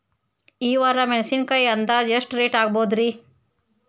ಈ ವಾರ ಮೆಣಸಿನಕಾಯಿ ಅಂದಾಜ್ ಎಷ್ಟ ರೇಟ್ ಆಗಬಹುದ್ರೇ?